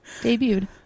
debuted